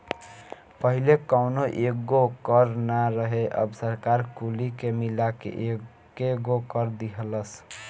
पहिले कौनो एगो कर ना रहे अब सरकार कुली के मिला के एकेगो कर दीहलस